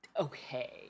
okay